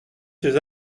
ces